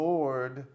Lord